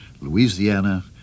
Louisiana